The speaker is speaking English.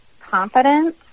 confidence